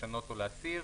לשנות או להסיר,